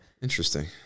Interesting